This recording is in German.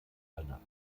einer